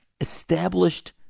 established